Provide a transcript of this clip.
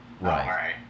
Right